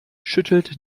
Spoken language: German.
schüttelt